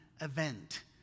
event